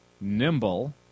nimble